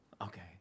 okay